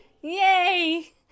Yay